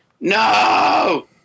no